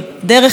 דרך אגב,